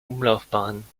umlaufbahn